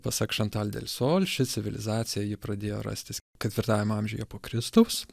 pasak šantal delsol ši civilizacija ji pradėjo rastis ketvirtajame amžiuje po kristaus